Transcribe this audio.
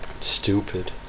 stupid